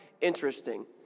interesting